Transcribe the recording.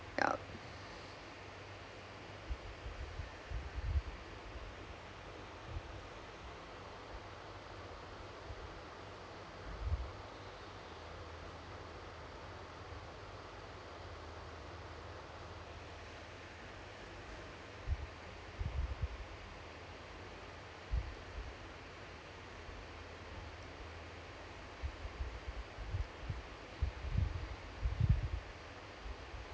ya